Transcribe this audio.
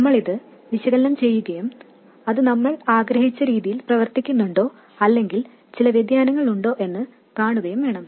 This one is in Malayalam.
നമ്മൾ ഇത് വിശകലനം ചെയ്യുകയും അത് നമ്മൾ ആഗ്രഹിച്ച രീതിയിൽ പ്രവർത്തിക്കുന്നുണ്ടോ അല്ലെങ്കിൽ ചില വ്യതിയാനങ്ങൾ ഉണ്ടോ എന്ന് കാണുകയും വേണം